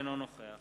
אינו נוכח